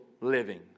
living